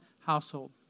household